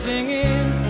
Singing